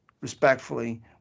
respectfully